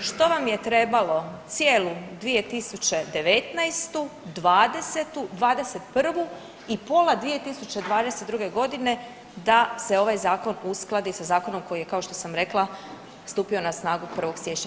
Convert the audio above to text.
što vam je trebalo cijelu 2019., '20., '21. i pola 2022.g. da se ovaj zakon uskladi sa zakonom koji je kao što sam rekla stupio na snagu 1. siječnja 2019.